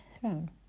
throne